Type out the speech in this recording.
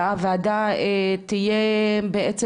שהוועדה תהיה בעצם,